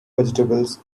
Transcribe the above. vegetables